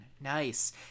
nice